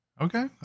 Okay